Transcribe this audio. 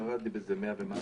ירד באיזה 100 ומשהו.